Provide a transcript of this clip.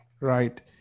right